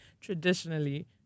traditionally